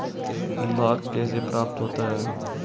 लाख कैसे प्राप्त होता है?